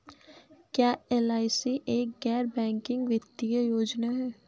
क्या एल.आई.सी एक गैर बैंकिंग वित्तीय योजना है?